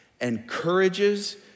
encourages